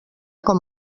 com